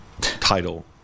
title